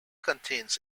contains